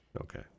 Okay